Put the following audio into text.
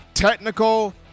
Technical